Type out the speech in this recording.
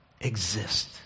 exist